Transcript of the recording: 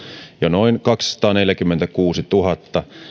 jo noin kaksisataaneljäkymmentäkuusituhatta